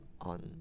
On